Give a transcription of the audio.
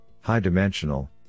high-dimensional